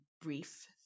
brief